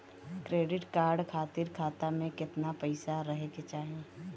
Credit card खातिर खाता में केतना पइसा रहे के चाही?